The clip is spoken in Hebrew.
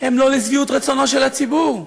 הן לא לשביעות רצונו של הציבור.